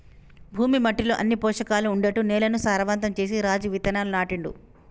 భూమి మట్టిలో అన్ని పోషకాలు ఉండేట్టు నేలను సారవంతం చేసి రాజు విత్తనాలు నాటిండు